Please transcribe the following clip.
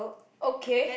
okay